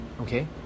Okay